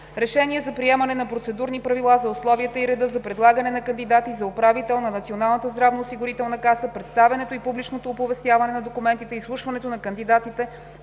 РЕШЕНИЕ за приемане на процедурни правила за условията и реда за предлагане на кандидати за управител на Националната здравноосигурителна каса, представянето и публичното оповестяване на документите и изслушването на кандидатите